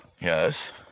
Yes